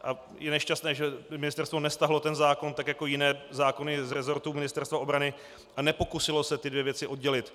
A je nešťastné, že ministerstvo nestáhlo ten zákon tak jako jiné zákony v resortu Ministerstva obrany a nepokusilo se ty dvě věci oddělit.